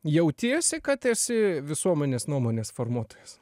jautiesi kad esi visuomenės nuomonės formuotojas